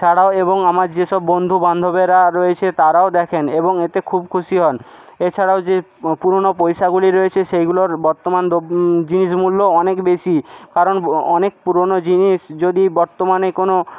ছাড়াও এবং আমার যেসব বন্ধুবান্ধবেরা রয়েছে তারাও দেখেন এবং এতে খুব খুশি হন এছাড়াও যে পুরোনো পয়সাগুলি সেইগুলোর বর্তমান দ্রব্য জিনিস মূল্য অনেক বেশি কারণ অনেক পুরোনো জিনিস যদি বর্তমানে কোনো